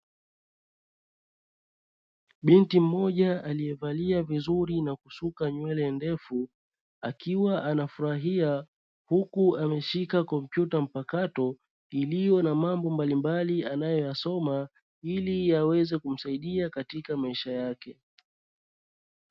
Binti mmoja aliye valia vizuri na kusuka nywele ndefu, akiwa anafurahia huku ameshika kompyuta mpakato, iliyo na mambo mbalimbali anayo yasoma, ili yaweze kumsaidia katika maisha yake.